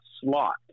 slot